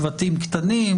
שבטים קטנים,